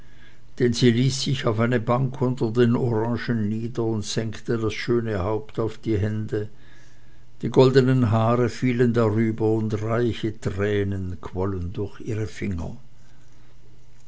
denn sie ließ sich auf eine bank unter den orangen nieder und senkte das schöne haupt auf die hände die goldenen haare fielen darüber und reiche tränen quollen durch ihre finger